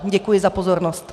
Děkuji za pozornost.